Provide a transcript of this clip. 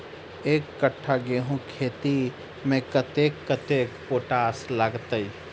एक कट्ठा गेंहूँ खेती मे कतेक कतेक पोटाश लागतै?